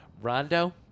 Rondo